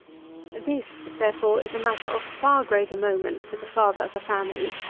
this, therefore, is a matter of far greater moment to the father of a family,